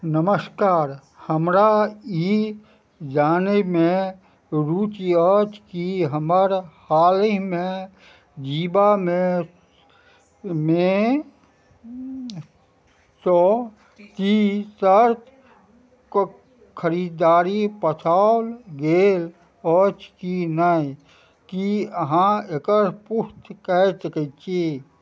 नमस्कार हमरा ई जानैमे रुचि अछि कि हमर हालहिमे जीवामे मे के खरिदारी गेल अछि कि नहि कि अहाँ एकर पुष्टि कै सकै छी